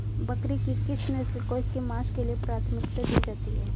बकरी की किस नस्ल को इसके मांस के लिए प्राथमिकता दी जाती है?